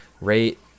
rate